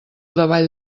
davall